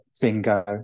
Bingo